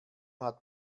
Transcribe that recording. hat